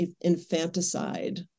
infanticide